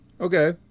Okay